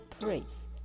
praise